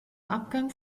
abgang